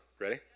ready